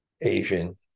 Asian